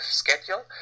schedule